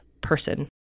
person